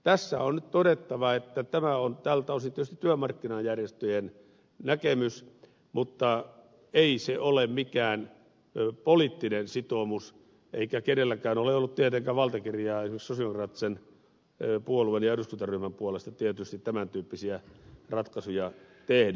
tässä on nyt todettava että tämä on tältä osin tietysti työmarkkinajärjestöjen näkemys mutta ei se ole mikään poliittinen sitoumus eikä kenelläkään ole ollut tietenkään valtakirjaa esimerkiksi sosialidemokraattisen puolueen ja eduskuntaryhmän puolesta tämän tyyppisiä ratkaisuja tehdä